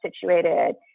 situated